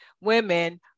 women